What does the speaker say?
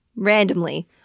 randomly